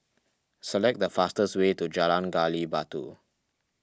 select the fastest way to Jalan Gali Batu